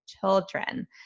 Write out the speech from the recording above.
children